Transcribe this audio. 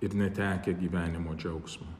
ir netekę gyvenimo džiaugsmo